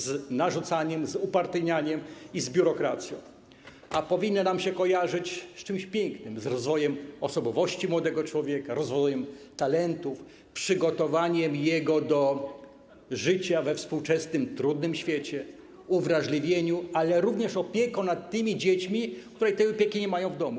Z narzucaniem, z upartyjnianiem i z biurokracją, a powinna nam się kojarzyć z czymś pięknym, z rozwojem osobowości młodego człowieka, rozwojem talentów, przygotowaniem do życia we współczesnym, trudnym świecie, uwrażliwieniem, ale również opieką nad dziećmi, które tej opieki nie mają w domu.